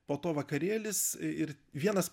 po to vakarėlis ir vienas